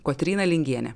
kotryna lingienė